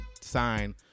Sign